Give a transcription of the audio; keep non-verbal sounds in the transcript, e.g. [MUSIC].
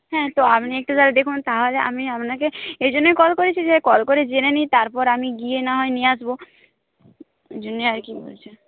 হ্যাঁ তো আপনি একটু তাহলে দেখুন তাহলে আমি আপনাকে এই জন্যই কল করেছি যে কল করে জেনে নিই তারপর আমি গিয়ে না হয় নিয়ে আসব [UNINTELLIGIBLE] জন্যই আর কি বলছি